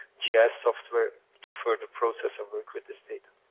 yeah software to further process and work with this data.